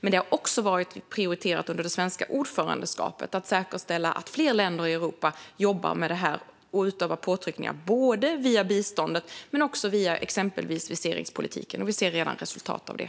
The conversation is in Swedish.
Det har också varit prioriterat under det svenska ordförandeskapet att säkerställa att fler länder i Europa jobbar med detta och utövar påtryckningar både via biståndet och via exempelvis viseringspolitiken. Vi ser redan resultat av det.